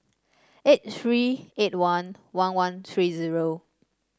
eight three eight one one one three zero